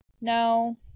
No